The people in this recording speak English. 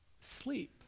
sleep